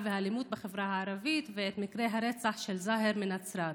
והאלימות בחברה הערבית ואת מקרה הרצח של זהר מנצרת.